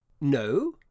No